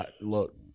Look